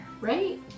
right